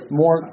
more